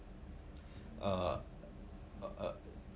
uh uh